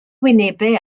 wynebau